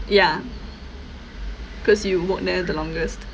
ya cause you work there the longest